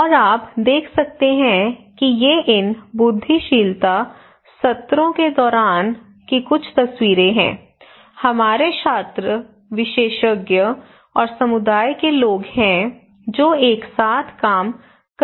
और आप देख सकते हैं कि ये इन बुद्धिशीलता सत्रों के दौरान की कुछ तस्वीरें हैं हमारे छात्र विशेषज्ञ और समुदाय के लोग हैं जो एक साथ काम कर रहे हैं